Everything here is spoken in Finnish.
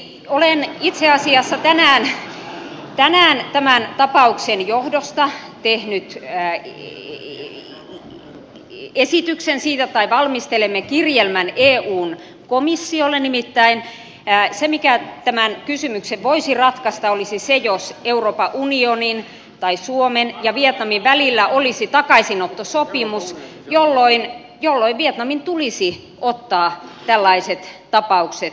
olen itse asiassa tänään tämän tapauksen johdosta tehnyt esityksen tai valmistelemme kirjelmän eun komissiolle nimittäin se mikä tämän kysymyksen voisi ratkaista olisi se jos euroopan unionin tai suomen ja vietnamin välillä olisi takaisinottosopimus jolloin vietnamin tulisi ottaa tällaiset tapaukset takaisin